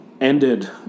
Ended